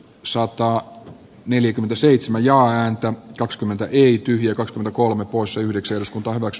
suokkaan neljäkymmentäseitsemän jaa äänten kakskymmentä yritys joka on kolme poissa yhdeksän tom waits